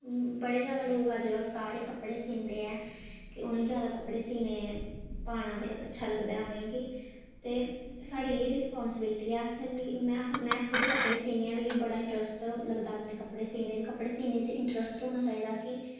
बड़े जैदा लोक अजकल्ल सारे कपड़े सींदे ऐ उ'नें जैदा कपड़े सीने ते पाना जैदा अच्छा लगदा ऐ उ'नेंगी ते साढ़ी एह् रिस्पांसेविल्टी कि आसें में खुद कपड़े सीनी आं मिगी बड़ा इंटरस्ट लगदा अपने कपड़े सीने च सीने च इंटरस्ट होना चाहिदा कि